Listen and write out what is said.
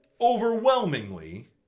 overwhelmingly